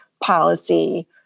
policy